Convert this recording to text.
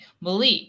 Malik